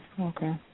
okay